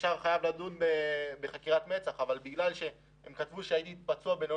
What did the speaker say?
חייב להיות בחקירת מצ"ח אבל בגלל שהם כתבו בתוך